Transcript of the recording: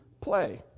play